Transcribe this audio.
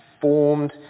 formed